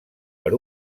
per